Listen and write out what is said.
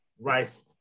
Rice